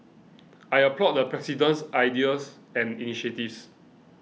I applaud the President's ideas and initiatives